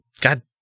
god